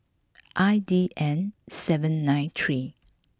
I D N seven nine three